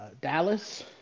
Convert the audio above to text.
Dallas